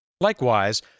Likewise